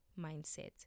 mindset